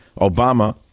Obama